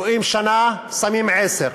רואים שנה, שמים עשר.